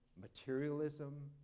materialism